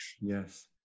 Yes